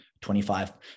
25